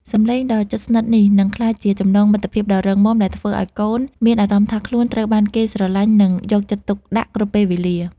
សំឡេងដ៏ជិតស្និទ្ធនេះនឹងក្លាយជាចំណងមិត្តភាពដ៏រឹងមាំ ដែលធ្វើឱ្យកូនមានអារម្មណ៍ថាខ្លួនត្រូវបានគេស្រឡាញ់ និងយកចិត្តទុកដាក់គ្រប់ពេលវេលា។